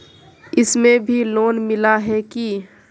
इसमें भी लोन मिला है की